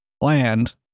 land